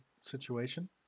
situation